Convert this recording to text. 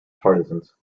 partisans